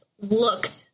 looked